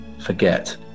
forget